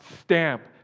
stamp